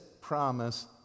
promise